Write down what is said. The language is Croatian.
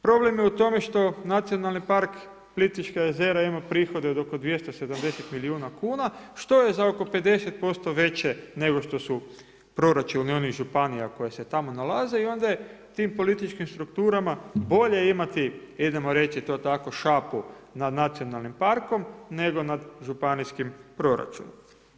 Problem je u tome što Nacionali park Plitvička jezera imaju prihode oko 270 milijuna kuna, što je za oko 50% veće nego što su proračuni onih županija koje se tamo nalaze i onda je tim političkim strukturama bolje imati idemo reći to tako, šapu na nad nacionalnim parkom nego nad županijskim proračunom.